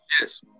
Yes